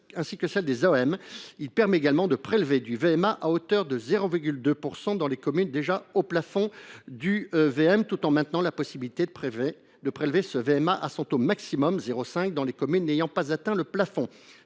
ainsi que celle des AOM. Il permet également de prélever le VMA à hauteur de 0,2 % dans les communes déjà au plafond du VM tout en maintenant la possibilité de prélever le VMA à son taux maximum, de 0,5 %, dans les communes n’ayant pas atteint le plafond.